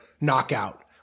knockout